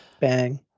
Bang